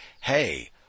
hey